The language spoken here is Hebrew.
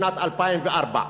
בשנת 2004,